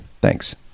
Thanks